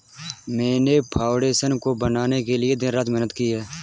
मैंने फाउंडेशन को बनाने के लिए दिन रात मेहनत की है